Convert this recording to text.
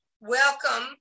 Welcome